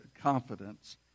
confidence